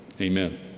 amen